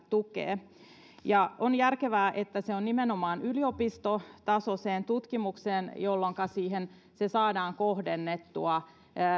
tukee ja on järkevää että se on nimenomaan yliopistotasoiseen tutkimukseen jolloinka se saadaan kohdennettua